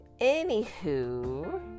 Anywho